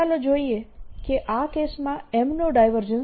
ચાલો જોઈએ કે આ કેસમાં M નું ડાયવર્જન્સ